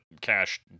Cash